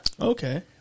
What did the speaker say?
Okay